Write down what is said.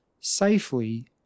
safely